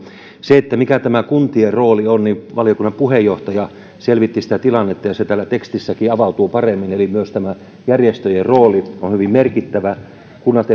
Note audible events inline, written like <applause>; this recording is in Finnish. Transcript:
sitä tilannetta mikä on kuntien rooli valiokunnan puheenjohtaja selvitti ja se täällä tekstissäkin avautuu paremmin eli myös järjestöjen rooli on hyvin merkittävä kunnat <unintelligible>